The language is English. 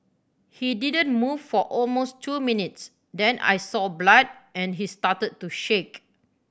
he didn't move for almost two minutes then I saw blood and he started to shake